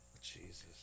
Jesus